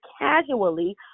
casually